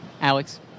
Alex